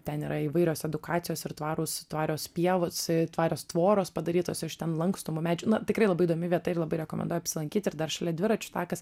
ten yra įvairios edukacijos ir tvarūs tvarios pievos tvarios tvoros padarytos iš ten lankstomų medžių tikrai labai įdomi vieta ir labai rekomenduoju apsilankyti ir dar šalia dviračių takas